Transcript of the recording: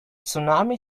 tsunami